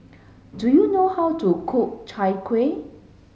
do you know how to cook Chai Kueh